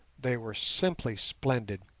they were simply splendid,